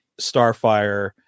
starfire